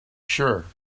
sure